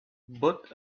but